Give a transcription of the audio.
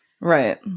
Right